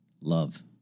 love